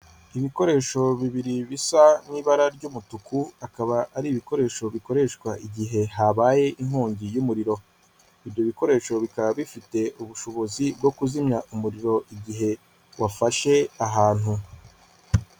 Ibikoresho bibiri bisa n'ibara ry'umutuku akaba ari ibikoresho bikoreshwa igihe habaye inkongi y'umuriro. Ibyo bikoresho bikaba bifite ubushobozi bwo kuzimya umuriro igihe wafashe ahantu.